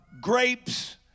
grapes